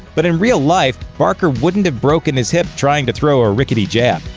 but in real life barker wouldn't have broken his hip trying to throw a rickety jab.